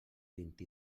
vint